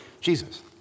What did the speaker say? Jesus